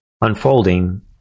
unfolding